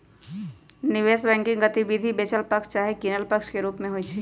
निवेश बैंकिंग गतिविधि बेचल पक्ष चाहे किनल पक्ष के रूप में होइ छइ